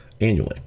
annually